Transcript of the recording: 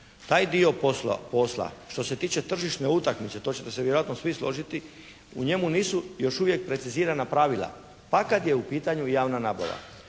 Taj dio posla što se tiče tržišne utakmice to ćete se vjerojatno svi složiti u njemu nisu još uvijek precizirana pravila. Pa kad je u pitanju javna nabava.